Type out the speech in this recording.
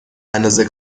اندازه